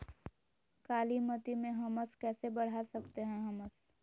कालीमती में हमस कैसे बढ़ा सकते हैं हमस?